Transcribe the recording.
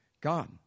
God